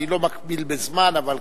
אני לא מגביל בזמן, אבל,